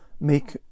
make